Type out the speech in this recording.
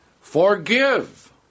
forgive